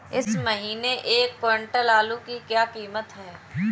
इस महीने एक क्विंटल आलू की क्या कीमत है?